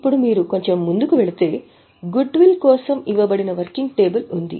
ఇప్పుడు మీరు కొంచెం ముందుకు వెళితే గుడ్ విల్ కోసం ఇవ్వబడిన వర్కింగ్ టేబుల్ ఉంది